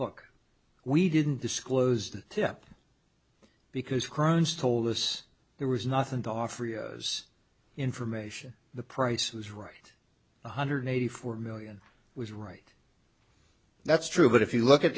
look we didn't disclose the tip because crones told us there was nothing to offer yos information the price was right one hundred eighty four million was right that's true but if you look at